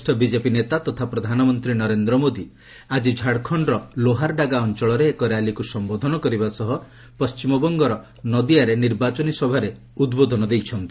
ବରିଷ୍ଣ ବିଜେପି ନେତା ତଥା ପ୍ରଧାନମନ୍ତ୍ରୀ ନରେନ୍ଦ୍ର ମୋଦି ଆଜି ଝାଡ଼ଖଣ୍ଡର ଲୋହାରଡାଗା ଅଞ୍ଚଳରେ ଏକ ର୍ୟାଲିକୁ ସମ୍ବୋଦନ କରିବା ସହ ପଣ୍ଟିମବଙ୍ଗର ନଦିଆରେ ନିର୍ବାଚନୀ ସଭାରେ ଉଦ୍ବୋଧନ ଦେବେ